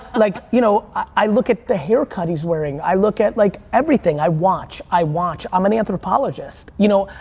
like you know i look at the haircut he's wearing, i look at like everything, i watch, i watch. i'm an anthropologist. you know,